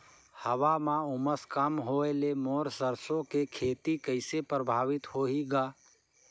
हवा म उमस कम होए ले मोर सरसो के खेती कइसे प्रभावित होही ग?